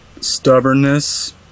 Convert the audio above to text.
Stubbornness